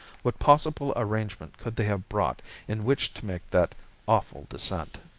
what possible arrangement could they have brought in which to make that awful descent?